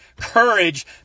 courage